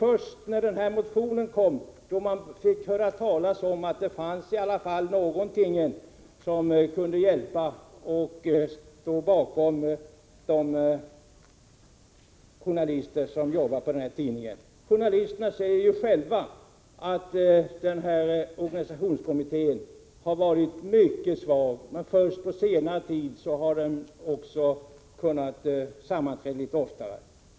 Först när motionen väcktes fick man höra talas om att det fanns någon möjlighet för de journalister som jobbar på tidningen att få hjälp. Journalisterna säger själva att organisationskommittén varit mycket svag och att den först på senare tid har sammanträtt litet oftare.